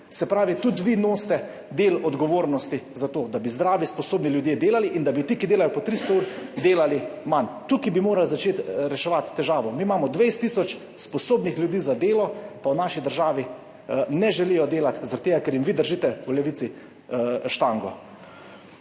se pravi tudi vi nosite del odgovornosti za to, da bi zdravi, sposobni ljudje delali in da bi ti, ki delajo po 300 ur, delali manj. Tukaj bi morali začeti reševati težavo. Mi imamo 20 tisoč sposobnih ljudi za delo, pa v naši državi ne želijo delati zaradi tega, ker jim vi v Levici držite štango.